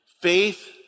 Faith